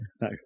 No